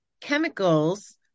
chemicals